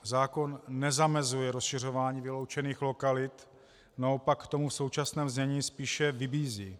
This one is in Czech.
Zákon nezamezuje rozšiřování vyloučených lokalit, naopak k tomu v současném znění spíše vybízí.